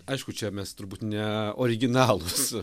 aišku čia mes turbūt ne originalūs